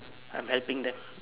I'm helping them